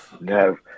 no